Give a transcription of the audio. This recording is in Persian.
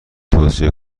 توصیه